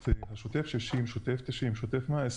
שוטף 60, שוטף 90 או שוטף 120